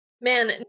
Man